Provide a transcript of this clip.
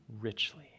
richly